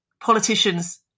politicians